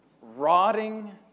rotting